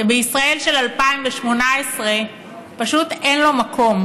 שבישראל של 2018 פשוט אין לו מקום.